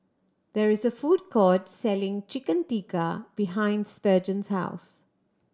there is a food court selling Chicken Tikka behind Spurgeon's house